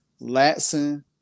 Latson